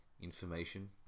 information